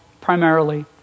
primarily